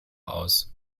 aus